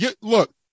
look